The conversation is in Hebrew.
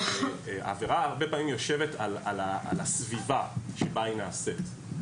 העבירה הרבה פעמים יושבת על הסביבה בה היא נעשית.